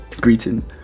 greeting